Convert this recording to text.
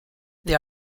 they